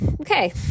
Okay